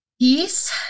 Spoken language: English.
peace